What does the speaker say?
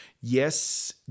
Yes